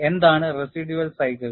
എന്താണ് residual cycle